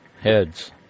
heads